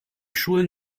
schulen